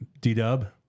D-dub